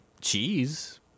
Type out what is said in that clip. cheese